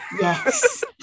yes